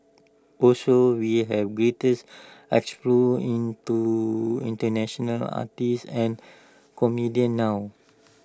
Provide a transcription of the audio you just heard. also we have greater explore into International artists and comedians now